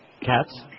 Cats